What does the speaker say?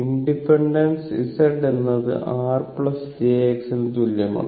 impedance z എന്നത് r jx ന് തുല്യമാണ്